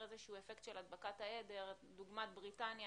איזה שהוא אפקט של הדבקת העדר דוגמת בריטניה